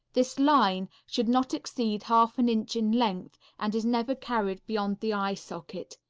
this line should not exceed half an inch in length and is never carried beyond the eye socket.